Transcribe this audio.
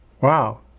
Wow